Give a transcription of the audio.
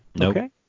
Okay